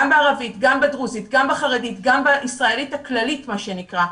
גם בערבית גם בדרוזית גם בחרדית גם בישראלית הכללית מה שנקרא,